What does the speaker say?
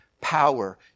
power